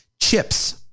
Chips